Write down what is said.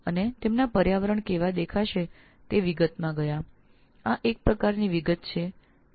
પર્યાવરણ કેવું લાગશે તેની પણ વિગતમાં ગયા